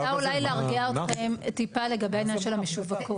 אני רוצה אולי להרגיע אתכם טיפה לגבי העניין של המשווקות.